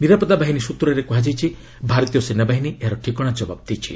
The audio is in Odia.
ନିରାପତ୍ତା ବାହିନୀ ସ୍ନତ୍ରରେ କୁହାଯାଇଛି ଭାରତୀୟ ସେନାବାହିନୀ ଏହାର ଠିକଣା ଜବାବ ଦେଇଛି